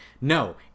No